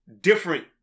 different